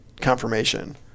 confirmation